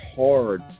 hard